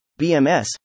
BMS